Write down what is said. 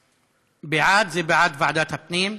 בעד, בעד ועדת הפנים,